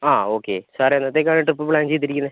ആ okay sir എന്നത്തേക്കാണ് trip plan ചെയ്തിരിക്കുന്നത്